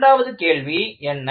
இரண்டாவது கேள்வி என்ன